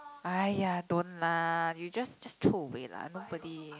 !aiya! don't lah you just just throw away lah nobody